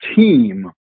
team